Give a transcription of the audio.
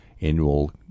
annual